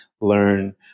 learn